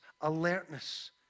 alertness